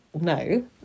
no